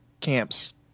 camps